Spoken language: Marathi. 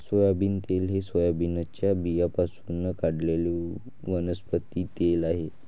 सोयाबीन तेल हे सोयाबीनच्या बियाण्यांपासून काढलेले वनस्पती तेल आहे